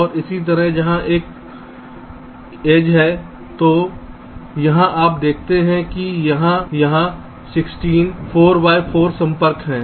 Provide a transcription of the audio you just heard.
और इसी तरह जहाँ एक कोना है तो यहाँ आप देखते हैं कि वहाँ 16 4 बाय 4 संपर्क हैं